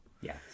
Yes